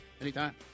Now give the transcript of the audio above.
Anytime